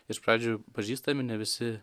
iš pradžių pažįstami ne visi